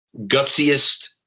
gutsiest